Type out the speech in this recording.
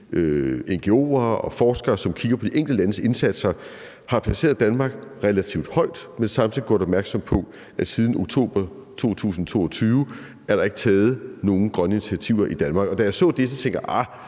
ngo'er og forskere, som kigger på de enkelte landes indsatser, har placeret Danmark relativt højt, men samtidig gjort opmærksom på, at siden oktober 2022 er der ikke taget nogen grønne initiativer i Danmark. Da jeg så det, tænkte jeg: Lad